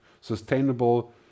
sustainable